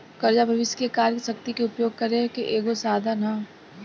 कर्जा भविष्य के कार्य शक्ति के उपयोग करे के एगो साधन ह